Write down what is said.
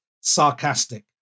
sarcastic